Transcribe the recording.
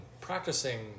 practicing